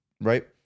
right